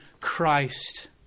Christ